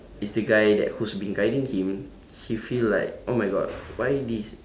is the guy that who's been guiding him he feel like oh my god why did